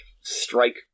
strike